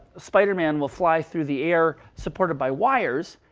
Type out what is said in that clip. spider-man will fly through the air supported by wires,